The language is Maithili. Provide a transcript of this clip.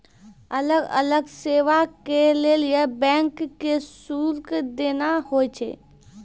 अलग अलग सेवा के लेली बैंक के शुल्क देना होय छै